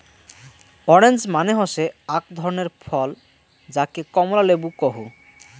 orange মানে হসে আক ধরণের ফল যাকে কমলা লেবু কহু